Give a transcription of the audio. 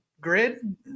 grid